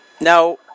now